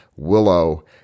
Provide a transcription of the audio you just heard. Willow